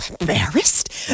embarrassed